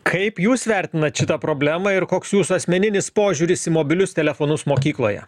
kaip jūs vertinat šitą problemą ir koks jūsų asmeninis požiūris į mobilius telefonus mokykloje